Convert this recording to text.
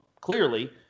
clearly